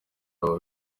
aba